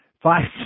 Five